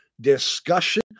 discussion